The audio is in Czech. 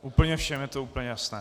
Úplně všem je to úplně jasné.